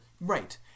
Right